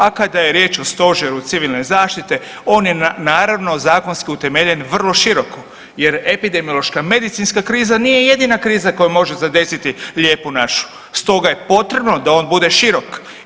A kada je riječ o Stožeru civilne zaštite on je naravno zakonski utemeljen vrlo široko jer epidemiološka medicinska kriza nije jedina kriza koja može zadesiti Lijepu našu, stoga je potrebno da on bude širok.